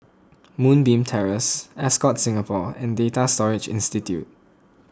Moonbeam Terrace Ascott Singapore and Data Storage Institute